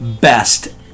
best